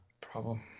problem